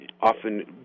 often